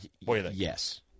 Yes